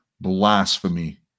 blasphemy